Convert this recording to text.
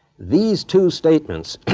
these two statements